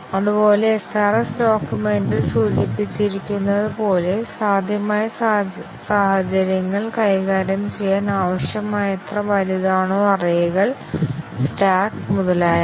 അതുപോലെ SRS ഡോക്യുമെന്റിൽ സൂചിപ്പിച്ചിരിക്കുന്നതുപോലെ സാധ്യമായ സാഹചര്യങ്ങൾ കൈകാര്യം ചെയ്യാൻ ആവശ്യമായത്ര വലുതാണോ അറേകൾ സ്റ്റാക്ക് മുതലായവ